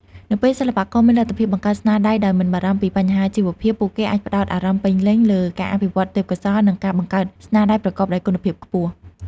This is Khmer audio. នៅពេលសិល្បករមានលទ្ធភាពបង្កើតស្នាដៃដោយមិនបារម្ភពីបញ្ហាជីវភាព ពួកគេអាចផ្តោតអារម្មណ៍ពេញលេញលើការអភិវឌ្ឍទេពកោសល្យ និងការបង្កើតស្នាដៃប្រកបដោយគុណភាពខ្ពស់។